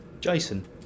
Jason